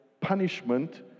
punishment